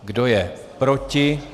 Kdo je proti?